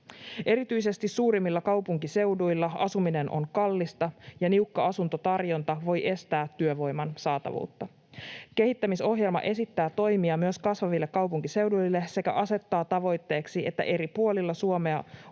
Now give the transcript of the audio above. Erityisesti suurimmilla kaupunkiseuduilla asuminen on kallista ja niukka asuntotarjonta voi estää työvoiman saatavuutta. Kehittämisohjelma esittää toimia myös kasvaville kaupunkiseuduille sekä asettaa tavoitteeksi, että eri puolilla Suomea